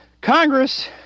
Congress